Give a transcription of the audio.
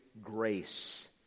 Grace